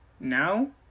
now